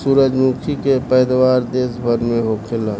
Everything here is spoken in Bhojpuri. सूरजमुखी के पैदावार देश भर में होखेला